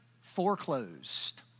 foreclosed